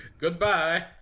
Goodbye